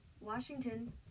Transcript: Washington